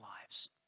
lives